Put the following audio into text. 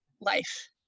life